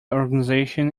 organisation